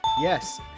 yes